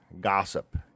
gossip